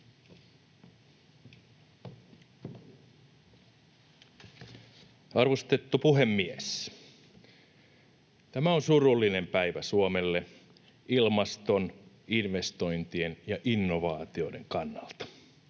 Arvostettu puhemies! Tämä on surullinen päivä Suomelle ilmaston, investointien ja innovaatioiden kannalta.